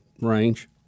range